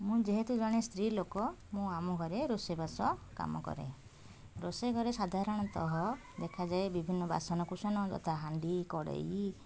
ମୁଁ ଯେହେତୁ ଜଣେ ସ୍ତ୍ରୀ ଲୋକ ମୁଁ ଆମ ଘରେ ରୋଷେଇବାସ କାମ କରେ ରୋଷେଇ ଘରେ ସାଧାରଣତଃ ଦେଖାଯାଏ ବିଭିନ୍ନ ବାସନକୁସନ ଯଥା ହାଣ୍ଡି କଡ଼େଇ